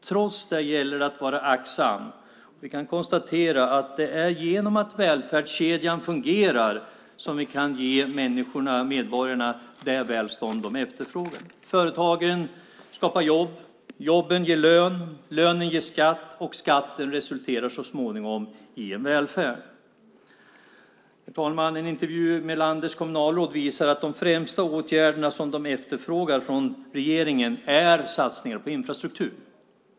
Trots detta gäller det att vara aktsam. Vi kan konstatera att det är genom att välfärdskedjan fungerar som vi kan ge medborgarna det välstånd de efterfrågar. Företagen skapar jobb. Jobben ger lön. Lönen ger skatt, och skatten resulterar så småningom i en välfärd. Herr talman! En intervju med landets kommunalråd visar att de främsta åtgärder de efterfrågar från regeringen är satsningar på infrastruktur.